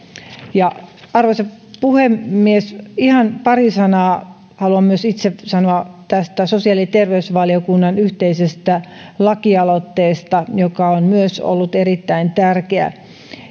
arvoisa puhemies ihan pari sanaa haluan myös itse sanoa tästä sosiaali ja terveysvaliokunnan yhteisestä lakialoitteesta joka on myös ollut erittäin tärkeä